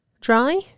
Dry